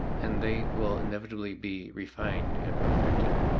and they will inevitably be refined and perfected.